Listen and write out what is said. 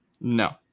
No